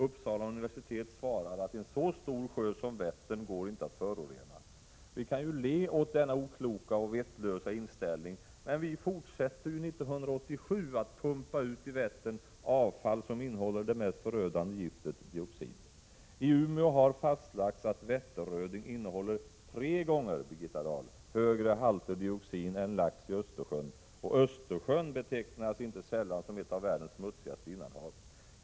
Uppsala universitet svarade att en så stor sjö som Vättern går inte att förorena. Vi kan le åt denna okloka och vettlösa inställning, men vi fortsätter ju 1987 att i Vättern pumpa ut avfall som innehåller det mest förödande gift, dioxin. I Umeå har fastlagts att Vätternröding innehåller tre gånger, Birgitta Dahl, högre halter dioxin än lax i Östersjön. Och Östersjön räknas inte sällan som ett av världens smutsigaste innanhav.